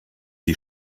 die